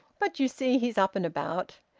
but you see he's up and about.